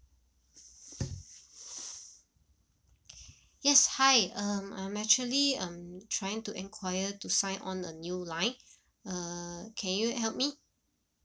yes hi um I'm actually um trying to enquire to sign on a new line uh can you help me